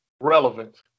relevant